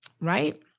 Right